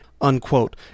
unquote